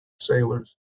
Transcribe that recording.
sailors